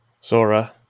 Sora